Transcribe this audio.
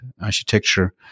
architecture